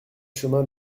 chemin